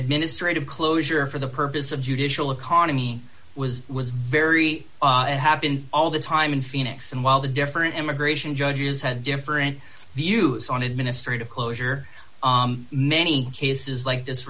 administrative closure for the purpose of judicial economy was was very have been all the time in phoenix and while the different immigration judges had different views on administrative closure many cases like this